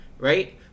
right